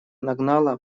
нагнала